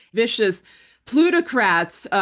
vicious plutocrats,